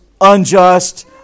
unjust